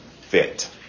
fit